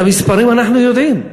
את המספרים אנחנו יודעים,